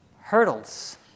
Hurdles